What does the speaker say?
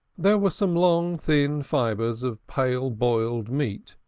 there were some long thin fibres of pale boiled meat,